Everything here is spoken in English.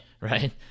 right